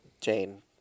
Jane